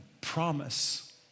promise